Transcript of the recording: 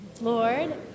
Lord